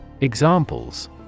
Examples